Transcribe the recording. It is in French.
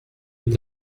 est